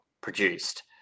produced